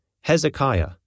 Hezekiah